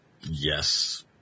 Yes